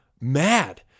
mad